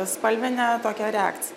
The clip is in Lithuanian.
spalvinę tokią reakciją